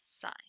sign